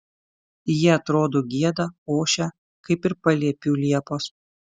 jie atrodo gieda ošia kaip ir paliepių liepos